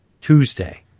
Tuesday